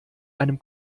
einem